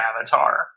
avatar